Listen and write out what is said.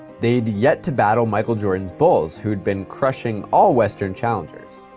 they'd yet to battle michael jordan's bulls who'd been crushing all western challengers.